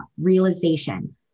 Realization